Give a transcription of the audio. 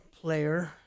player